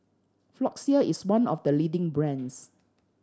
Floxia is one of the leading brands